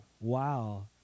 Wow